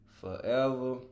Forever